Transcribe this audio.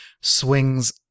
swings